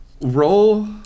Roll